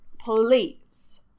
please